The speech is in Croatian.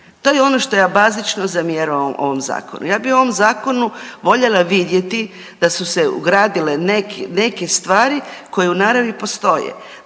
To je ono što ja bazično zamjeram ovom Zakonu. Ja bi ovom Zakonu voljela vidjeti da su se ugradile neke stvari koje u naravi postoje.